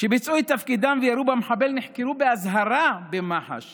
שביצעו את תפקידם וירו במחבל, נחקרו באזהרה במח"ש